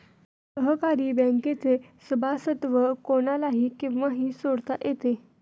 सहकारी बँकेचे सभासदत्व कोणालाही केव्हाही सोडता येते